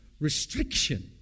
restriction